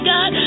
God